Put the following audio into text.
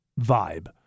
vibe